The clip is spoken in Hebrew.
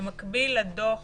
במקביל לדוח